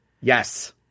Yes